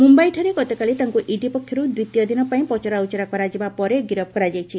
ମୁମ୍ୟାଇଠାରେ ଗତକାଲି ତାଙ୍କୁ ଇଡି ପକ୍ଷରୁ ଦ୍ୱିତୀୟ ଦିନ ପାଇଁ ପଚରାଉଚରା କରାଯିବା ପରେ ଗିରଫ କରାଯାଇଛି